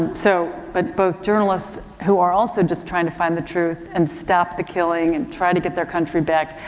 so, but both journalists who are also just trying to find the truth and stop the killing and try to get their country back,